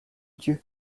dieu